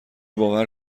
باور